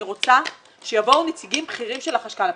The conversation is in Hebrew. אני רוצה שיבואו נציגים בכירים של החשכ"ל הפעם,